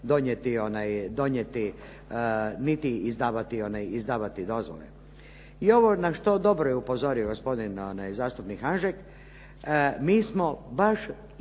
donijeti niti izdavati dozvole. I ovo na što dobro je upozorio gospodin zastupnik Hanžek, mi smo baš i